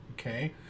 okay